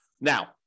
Now